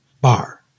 bar